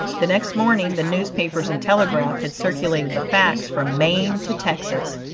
the next morning the newspapers and telegraph had circulated the facts from maine to texas,